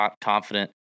confident